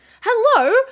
Hello